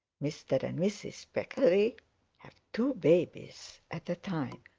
mr. and mrs. peccary have two babies at a time.